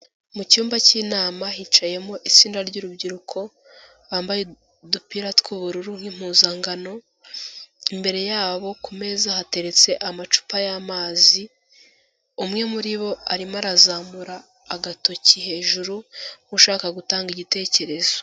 Mu cyumba cy'inama hicayemo itsinda ry'urubyiruko bambaye udupira tw'ubururu nk'impuzangano, imbere yabo ku meza hateretse amacupa y'amazi, umwe muri bo arimo arazamura agatoki hejuru, ushaka gutanga igitekerezo.